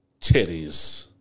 titties